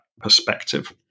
perspective